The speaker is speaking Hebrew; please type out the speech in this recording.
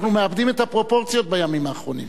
אנחנו מאבדים את הפרופורציות בימים האחרונים.